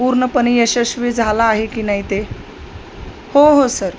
पूर्णपणे यशस्वी झाला आहे की नाई ते हो हो सर